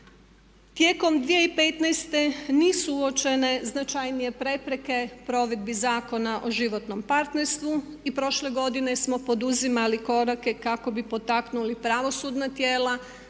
tijekom 2015.nisu uočene značajnije prepreke provedbi Zakona o životnom partnerstvu i prošle godine smo poduzimali korake kako bi potaknuli pravosudna tijela